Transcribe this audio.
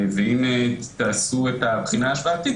ואם תעשו את הבחינה של העתיד,